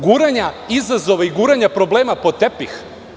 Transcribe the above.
Guranja izazova i guranja problema pod tepih?